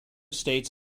states